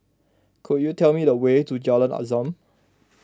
could you tell me the way to Jalan Azam